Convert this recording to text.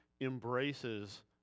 embraces